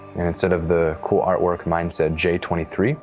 and inside of the cool artwork mindset twenty three